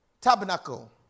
tabernacle